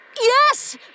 Yes